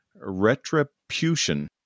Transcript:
retribution